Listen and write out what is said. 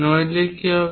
নইলে কি হবে